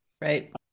Right